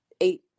eight